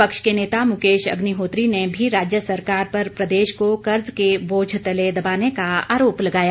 विपक्ष के नेता मुकेश अग्निहोत्री ने भी राज्य सरकार पर प्रदेश को कर्ज के बोझ तले दबाने का आरोप लगाया